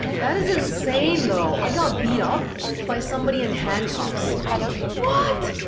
that is insane, though, i got beat up by somebody in handcuffs what?